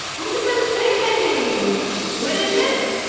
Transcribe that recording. look at this thing i made what is it?